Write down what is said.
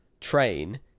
train